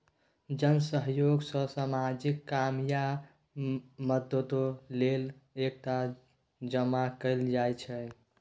जन सहयोग सँ सामाजिक काम या मदतो लेल टका जमा कएल जाइ छै